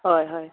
হয় হয়